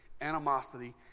animosity